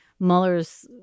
Mueller's